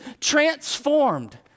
transformed